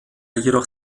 jedoch